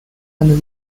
and